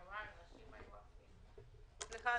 סליחה,